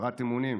הפרת אמונים,